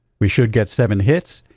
we should get seven hits,